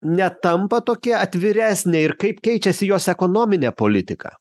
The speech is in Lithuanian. netampa tokia atviresnė ir kaip keičiasi jos ekonominė politika